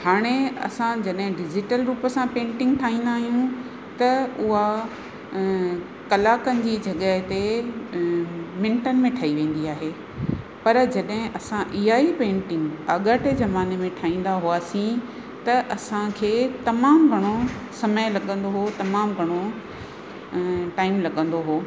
हाणे असां जॾहिं डिज़ीटल रूप सां पेंटिंग ठाहींदा आहियूं त उहा कलाकनि जी जॻह ते मिंटनि में ठही वेंदी आहे पर जॾहिं असां इहा ई पेंटिंग अगट जे ज़माने में ठाहींदा हुआसीं त असांखे तमामु घणो समय लॻंदो हुओ तमामु घणो टाइम लॻंदो हुओ